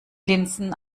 linsen